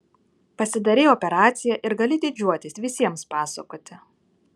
pasidarei operaciją ir gali didžiuotis visiems pasakoti